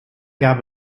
gab